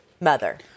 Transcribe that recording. mother